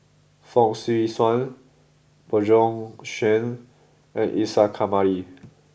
Fong Swee Suan Bjorn Shen and Isa Kamari